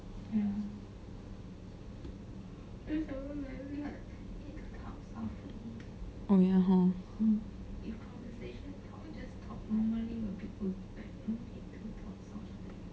oh ya hor